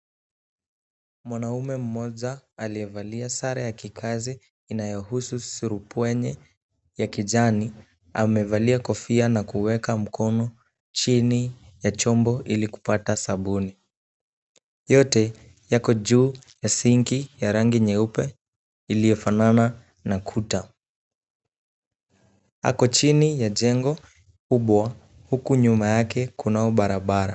Mwanaume mmoja aliyevalia sare ya kikazi inayohusu sarupuenye ya kijani amevalia kofia na kuweka mkono chini ya chombo ili kupata sabuni. Yote yako juu ya sinki ya rangi nyeupe iliyofanana na kuta. Ako chini ya jengo kubwa huku nyuma yake kunao barabara.